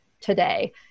today